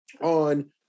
on